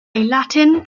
latin